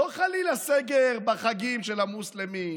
לא חלילה סגר בחגים של המוסלמים,